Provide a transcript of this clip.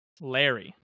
larry